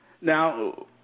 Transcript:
Now